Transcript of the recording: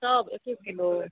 सब एक एक किलो